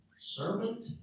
Servant